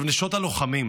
נשות הלוחמים,